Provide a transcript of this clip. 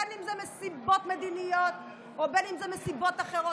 בין שזה מסיבות מדיניות ובין שזה מסיבות אחרות,